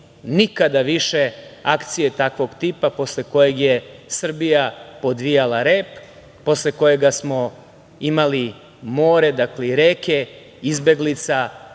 nikada više akcije takvog tipa posle kojeg je Srbija podvijala rep, posle kojega smo imali more i reke izbeglica